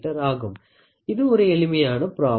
இது ஒரு எளிமையான ப்ராப்ளம் ஆகும்